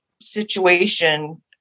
situation